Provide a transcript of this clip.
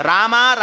Rama